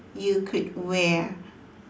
you could wear